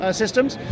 systems